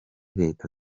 leta